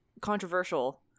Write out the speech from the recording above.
controversial